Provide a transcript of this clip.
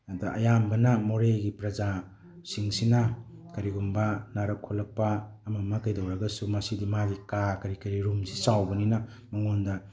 ꯑꯗ ꯑꯌꯥꯝꯕꯅ ꯃꯣꯔꯦꯒꯤ ꯄ꯭ꯔꯖꯥꯁꯤꯡꯁꯤꯅ ꯀꯔꯤꯒꯨꯝꯕ ꯅꯥꯔꯛ ꯈꯣꯠꯂꯛꯄ ꯑꯃ ꯑꯃ ꯀꯩꯗꯧꯔꯒꯁꯨ ꯃꯁꯤꯗꯤ ꯃꯥꯒꯤ ꯀꯥ ꯀꯔꯤ ꯀꯔꯤ ꯔꯨꯝꯁꯤ ꯆꯥꯎꯕꯅꯤꯅ ꯃꯥꯉꯣꯟꯗ